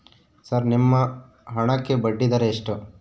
Sir ನಿಮ್ಮ ಹಣಕ್ಕೆ ಬಡ್ಡಿದರ ಎಷ್ಟು?